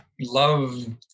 love